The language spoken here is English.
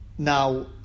Now